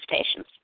stations